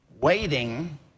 Waiting